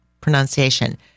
pronunciation